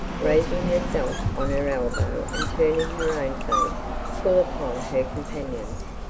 raising herself on her elbow and turning her own face full upon her companion's.